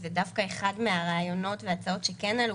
שזה דווקא אחד מהרעיונות וההצעות שכן עלו